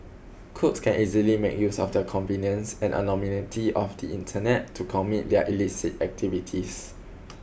crooks can easily make use of the convenience and anonymity of the Internet to commit their illicit activities